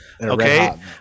Okay